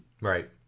Right